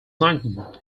nineteen